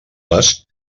les